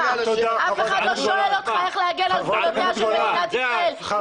אף אחד לא שואל אותך איך להגן על גבולותיה של מדינת ישראל.